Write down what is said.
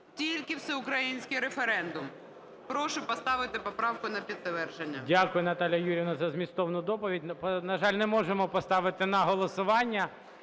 тільки всеукраїнський референдум. Прошу поставити поправку на підтвердження. 14:00:19 ГОЛОВУЮЧИЙ. Дякую, Наталіє Юріївно, за змістовну доповідь. На жаль, не можемо поставити на голосування.